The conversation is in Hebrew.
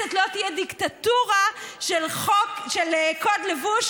בכנסת לא תהיה דיקטטורה של קוד לבוש,